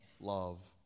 love